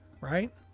right